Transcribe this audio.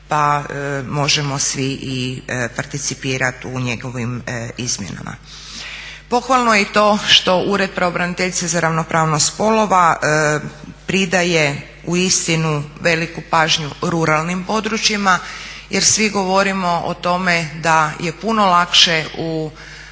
pa možemo svi i participirati u njegovim izmjenama. Pohvalno je i to što Ured pravobraniteljice za ravnopravnost spolova pridaje uistinu veliku pažnju ruralnim područjima, jer svi govorimo o tome da je puno lakše,